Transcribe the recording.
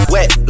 Wet